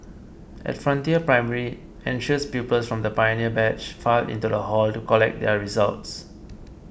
at Frontier Primary anxious pupils from the pioneer batch filed into the hall to collect their results